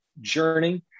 journey